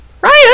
Ryan